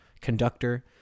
conductor